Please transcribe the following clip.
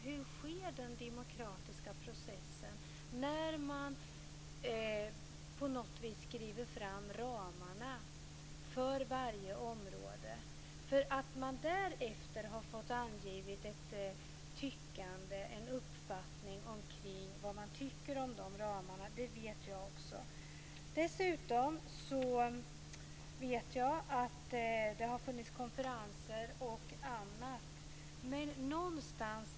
Hur sker den demokratiska processen när man lägger fast ramarna för varje område? Att man därefter har fått ange en uppfattning om ramarna, det vet jag också. Dessutom vet jag att det har varit konferenser och annat.